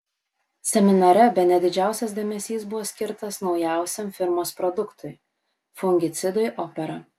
seminare bene didžiausias dėmesys buvo skirtas naujausiam firmos produktui fungicidui opera